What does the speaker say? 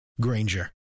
Granger